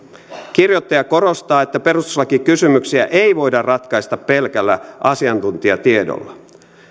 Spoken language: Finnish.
kirjoittaja korostaa että perustuslakikysymyksiä ei voida ratkaista pelkällä asiantuntijatiedolla